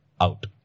out